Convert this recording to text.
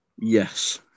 Yes